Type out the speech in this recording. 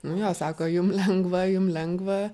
nu jo sako jum lengva jum lengva